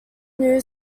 new